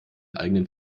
eigenen